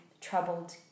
troubled